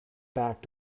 back